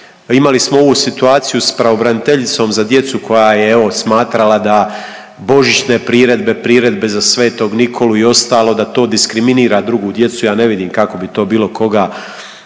Imali smo ovu situaciju s pravobraniteljicom za djecu koja je evo smatrala da božićne priredbe, priredbe za sv. Nikolu i ostalo da to diskriminira drugu djecu. Ja ne vidim kako bi to bilo koga